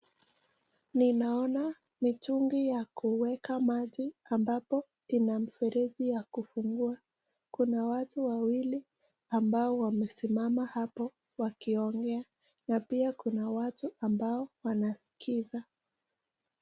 Ninaona mitungi ya kuweka maji ambapo ina mfereji ya kufungua. Kuna watu wawili ambao wamesimama hapo wakiongea na pia kuna watu ambao wanasikiza.